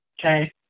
Okay